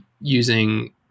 using